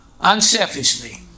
Unselfishly